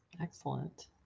excellent